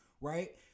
right